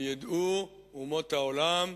וידעו אומות העולם: